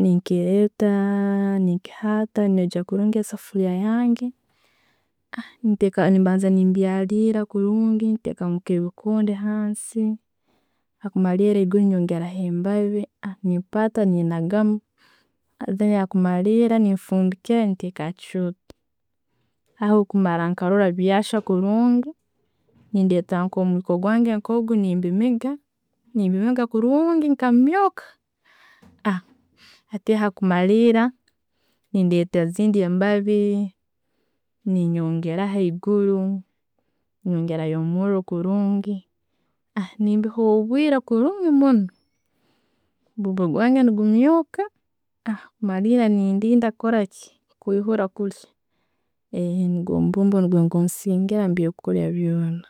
nenkireta nenkihata, nenjogya kurungi esofuliya yange. Mbanza Nimbaza nembyalira kurungi, ntekamu nke bikonde hansi, hankumalira haiguru nyongeraho embabi. Nempata nenagamu, hakumalira, nenfundikira nenteka hakyooto. Aho kumara nkarora byahya kurungi, nendeta nko'mwiko gwange nembimiga, nembimiga kurungi bikamyoka, hati hakumalira, nendeta ezindi embabi, neyongeraho haiguru, nyongerayo omuro kurungi, nembiha obwire kurungi muno, mubumbo gwange negumyuka, malira nendida kukoraki, kwihura kulya, nugwo mubumbo nigwo gunsigirayo mubyokulya byona.